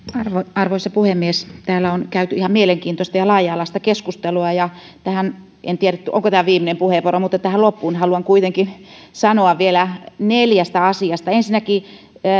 arvoisa puhemies täällä on käyty ihan mielenkiintoista ja laaja alaista keskustelua ja tähän loppuun en tiedä onko tämä viimeinen puheenvuoro haluan kuitenkin sanoa vielä neljästä asiasta ensinnäkin